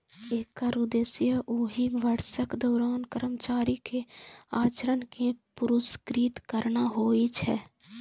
एकर उद्देश्य ओहि वर्षक दौरान कर्मचारी के आचरण कें पुरस्कृत करना होइ छै